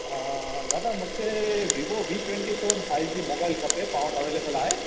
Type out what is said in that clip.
दादा मूंखे Vivo V twenty seven five G mobile खपे तव्हां वटि अवेलेबल आहे